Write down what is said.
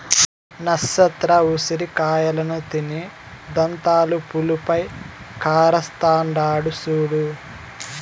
నచ్చత్ర ఉసిరి కాయలను తిని దంతాలు పులుపై కరస్తాండాడు సూడు